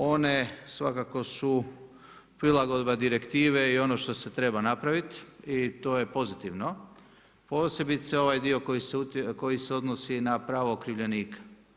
One svakako su prilagodba direktive i ono što se treba napraviti i to je pozitivno posebice ovaj dio koji se odnosi na pravo okrivljenika.